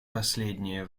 последнее